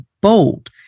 bold